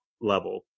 Level